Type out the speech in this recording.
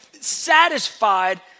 satisfied